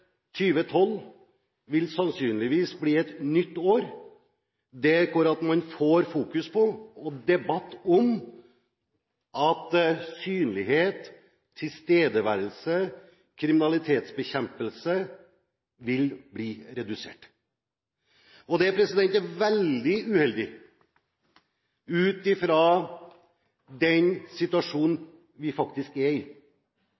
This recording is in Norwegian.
2012 vil sannsynligvis bli et nytt år hvor man får fokus på og debatt om at synlighet, tilstedeværelse og kriminalitetsbekjempelse vil bli redusert. Det er veldig uheldig ut ifra den situasjonen vi faktisk er i,